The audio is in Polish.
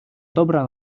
dobra